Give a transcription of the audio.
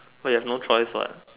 we have no choice what